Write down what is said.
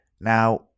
Now